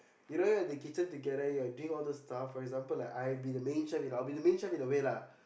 you know you're in the kitchen together you're doing all those stuff for example like I'll be the main chef I'll be the main chef anyway lah